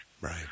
Right